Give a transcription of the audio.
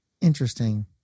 Interesting